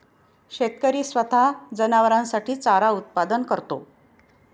शेतकरी स्वतः जनावरांसाठी चारा उत्पादन करतो